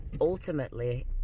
ultimately